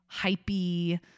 hypey